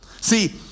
See